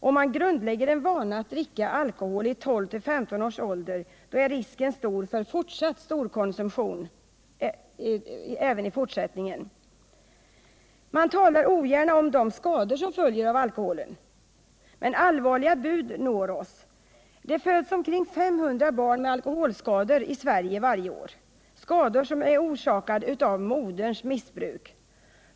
Om man grundlägger en vana att dricka alkohol i 12-15-årsåldern, är risken stor för fortsatt storkonsumtion även i fortsättningen. Man talar ogärna om de skador som följer av alkoholen. Men allvarliga bud når oss: Det föds i Sverige omkring 500 barn med alkoholskador varje år, skador som är orsakade av moderns missbruk.